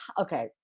okay